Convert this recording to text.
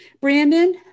Brandon